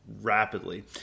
rapidly